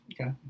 Okay